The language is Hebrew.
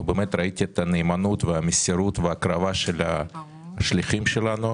ובאמת ראיתי את הנאמנות והמסירות וההקרבה של השליחים שלנו.